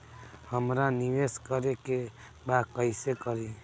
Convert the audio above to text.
हमरा निवेश करे के बा कईसे करी?